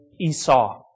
Esau